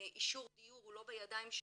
אישור דיור לא בידיים שלנו,